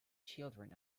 children